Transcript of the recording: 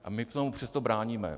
A my tomu přesto bráníme.